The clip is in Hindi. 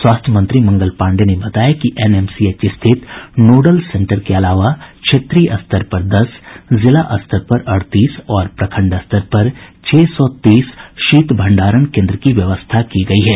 स्वास्थ्य मंत्री मंगल पांडेय ने बताया कि एनएमसीएच स्थित नोडल सेंटर के अलावा क्षेत्रीय स्तर पर दस जिला स्तर पर अड़तीस और प्रखंड स्तर पर छह सौ तीस शीत भण्डारण केन्द्र की व्यवस्था की गयी है